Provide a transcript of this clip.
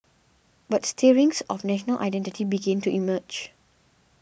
but stirrings of national identity began to emerge